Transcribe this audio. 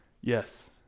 Yes